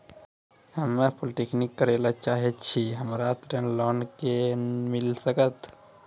हम्मे पॉलीटेक्निक करे ला चाहे छी हमरा ऋण कोना के मिल सकत?